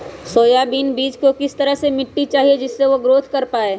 Soybean बीज को किस तरह का मिट्टी चाहिए जिससे वह ग्रोथ कर पाए?